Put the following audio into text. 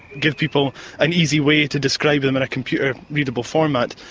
give people an easy way to describe them in a computer readable format.